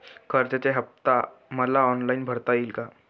कर्जाचा हफ्ता मला ऑनलाईन भरता येईल का?